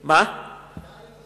והיתה בעיה לאזרחים דתיים לבקר בירדן.